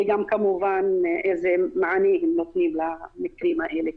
וגם כמובן איזה מענים הם נותנים למקרים האלה.